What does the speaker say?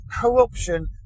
corruption